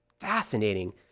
fascinating